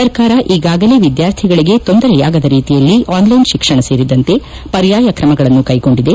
ಸರ್ಕಾರ ಈಗಾಗಲೇ ವಿದ್ಯಾರ್ಥಿಗಳಿಗೆ ತೊಂದರೆಯಾಗದ ರೀತಿಯಲ್ಲಿ ಆನ್ಲೈನ್ ಶಿಕ್ಷಣ ಸೇರಿದಂತೆ ಪರ್ಯಾಯ ಕ್ರಮಗಳನ್ನು ಕೈಗೊಂಡಿದೆ